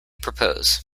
propose